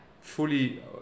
Fully